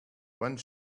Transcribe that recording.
one